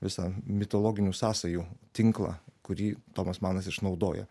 visą mitologinių sąsajų tinklą kurį tomas manas išnaudoja